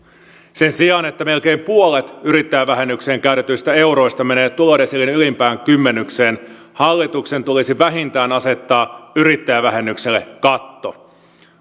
sen sijaan että melkein puolet yrittäjävähennykseen käytetyistä euroista menee tulodesiilien ylimpään kymmenykseen hallituksen tulisi vähintään asettaa yrittäjävähennykselle katto